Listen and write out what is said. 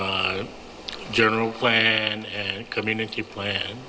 general plan and community plan